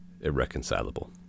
irreconcilable